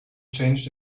changed